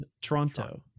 Toronto